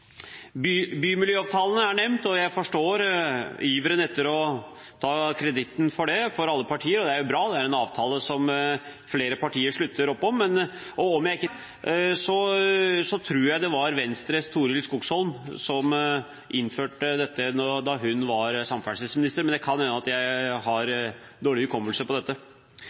Bymiljøavtalene er nevnt, og jeg forstår iveren hos alle partier etter å ta æren for det. Det er bra, det er en avtale som flere partier slutter opp om, men om jeg ikke tar helt feil, tror jeg det var Venstres Torild Skogsholm som innførte dette da hun var samferdselsminister, men det kan hende at jeg har dårlig hukommelse på dette.